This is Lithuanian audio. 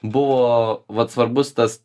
buvo vat svarbus tas